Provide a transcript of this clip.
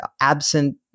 absent